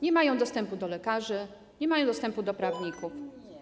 Nie mają dostępu do lekarzy, nie mają dostępu do prawników.